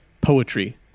poetry